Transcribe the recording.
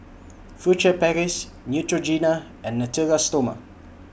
Furtere Paris Neutrogena and Natura Stoma